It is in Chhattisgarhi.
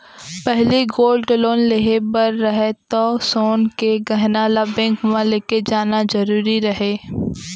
पहिली गोल्ड लोन लेहे बर रहय तौ सोन के गहना ल बेंक म लेके जाना जरूरी रहय